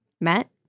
met